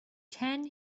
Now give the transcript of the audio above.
ten